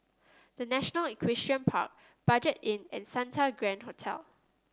The National Equestrian Park Budget Inn and Santa Grand Hotel